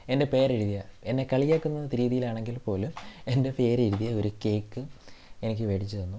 എൻ്റെ പേരെഴുതിയ എന്നെ കളിയാക്കുന്ന രീതിയിലാണെങ്കിൽ പോലും എൻ്റെ പേരെഴുതിയ ഒരു കേക്ക് എനിക്ക് മേടിച്ച് തന്നു